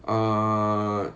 uh